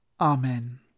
Amen